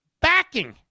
backing